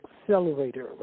accelerator